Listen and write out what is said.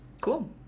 cool